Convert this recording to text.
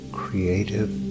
creative